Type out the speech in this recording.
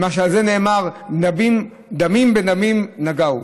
שעל זה נאמר: דמים בדמים נגעו.